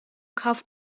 kauf